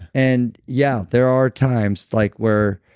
and yeah, there are times like where